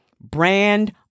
brand